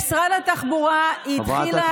במשרד התחבורה היא התחילה,